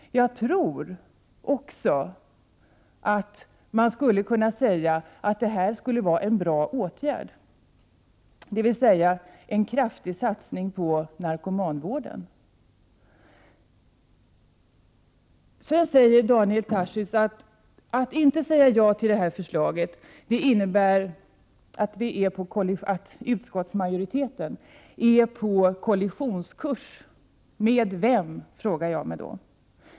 Jag tror också att 7 Prot. 1988/89:105 man skulle kunna säga att det här skulle vara en bra åtgärd, dvs. en kraftig Att inte säga ja till det här förslaget innebär enligt Daniel Tarschys att utskottsmajoriteten är på kollisionskurs. Med vem? frågar jag mig.